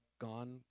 gone